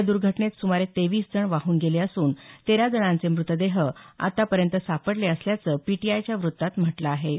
या दुर्घटनेत सुमारे तेवीस जण वाहून गेले असून तेरा जणांचे म्रतदेह आतापर्यंत सापडले असल्याचं पीटीआयच्या व्त्तात म्हटलं आहे